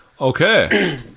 Okay